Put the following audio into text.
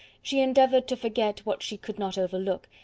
she endeavoured to forget what she could not overlook,